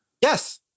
Yes